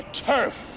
turf